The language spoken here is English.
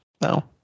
No